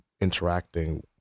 interacting